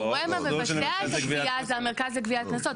הגורם שמבצע את הגבייה, זה המרכז לגביית קנסות.